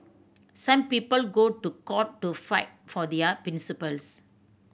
some people go to court to fight for their principles